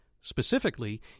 Specifically